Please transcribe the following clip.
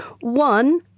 one